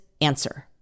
answer